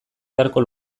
beharko